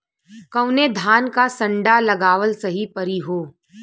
कवने धान क संन्डा लगावल सही परी हो?